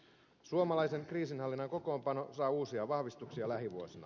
suomalaisen kriisinhallinnan kokoonpano saa uusia vahvistuksia lähivuosina